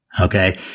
Okay